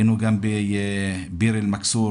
היינו גם בביר אל מכסור,